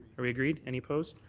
are we agreed? any opposed?